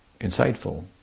insightful